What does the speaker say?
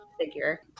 figure